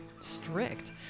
strict